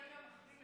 לטבריה.